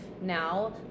now